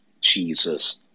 Jesus